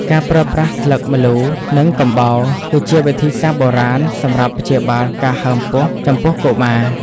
ការប្រើប្រាស់ស្លឹកម្លូ និងកំបោរ គឺជាវិធីសាស្ត្របុរាណសម្រាប់ព្យាបាលការហើមពោះចំពោះកុមារ។